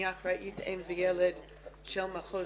אני אחראית אם וילד של מחוז